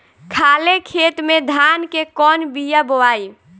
खाले खेत में धान के कौन बीया बोआई?